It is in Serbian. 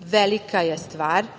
Velika je stvar,